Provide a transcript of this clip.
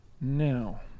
Now